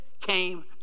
came